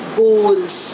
goals